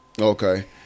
Okay